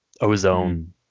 ozone